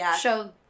show